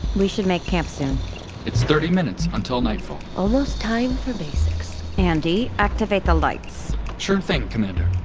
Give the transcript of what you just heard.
we should make camp soon it's thirty minutes until nightfall almost time for basics andi, activate the lights sure thing, commander